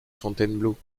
fontainebleau